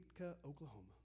Oklahoma